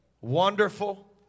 Wonderful